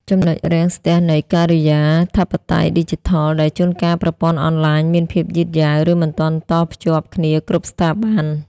ចំណុចរាំងស្ទះនៃ "ការិយាធិបតេយ្យឌីជីថល" ដែលជួនកាលប្រព័ន្ធអនឡាញមានភាពយឺតយ៉ាវ ឬមិនទាន់តភ្ជាប់គ្នាគ្រប់ស្ថាប័ន។